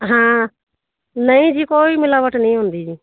ਹਾਂ ਨਹੀਂ ਜੀ ਕੋਈ ਮਿਲਾਵਟ ਨਹੀਂ ਹੁੰਦੀ ਜੀ